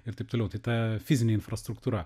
ir taip toliau tai ta fizinė infrastruktūra